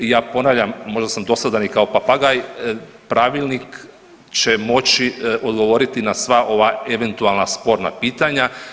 Ja ponavljam, možda sam dosadan i kao papagaj, pravilnik će moći odgovoriti na sva ova eventualna sporna pitanja.